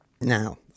Now